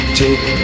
take